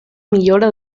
millora